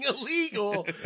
illegal